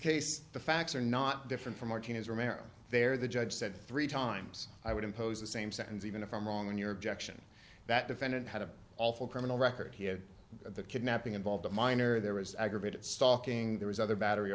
case the facts are not different from martinez or merrill they're the judge said three times i would impose the same sentence even if i'm wrong in your objection that defendant had an awful criminal record he had the kidnapping involved a minor there was aggravated stalking there was other battery